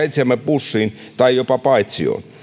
itseämme pussiin tai jopa paitsioon